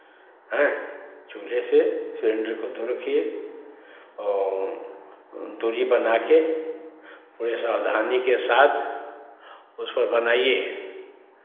चूल्हे से सिलेंडर को दूर रखिये औ दूरी बना के पूरे सावधानी के साथ उस पर बनाइए